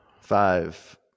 Five